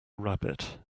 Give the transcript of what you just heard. rabbit